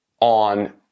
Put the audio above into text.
on